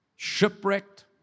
shipwrecked